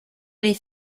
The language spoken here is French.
les